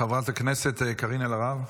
חברת הכנסת קארין אלהרר,